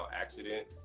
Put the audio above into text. accident